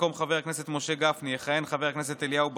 במקום חבר הכנסת משה גפני יכהן חבר הכנסת אליהו ברוכי,